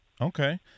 Okay